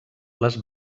les